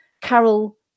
Carol